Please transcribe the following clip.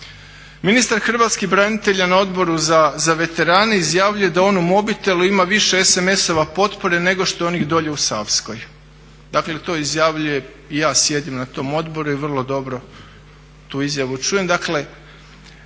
ministar hrvatskih branitelja na Odboru za veterane izjavljuje da on u mobitelu ima više sms-ova potpora nego što je onih dolje u Savskoj. Dakle, to izjavljuje, ja sjedim na tom odboru i vrlo dobro tu izjavu čujem.